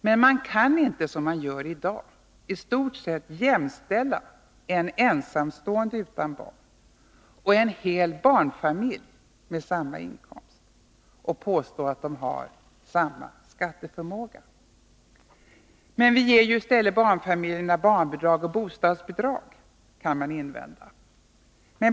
Men man kan inte, som man gör i dag, i stort sett jämställa en ensamstående person utan barn och en hel barnfamilj med samma inkomst och påstå att de har samma skatteförmåga. Men vi ger ju i stället barnfamiljerna barnbidrag och bostadsbidrag, kan man invända.